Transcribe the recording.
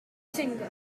singer